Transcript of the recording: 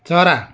चरा